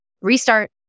Restart